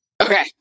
okay